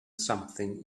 something